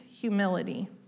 humility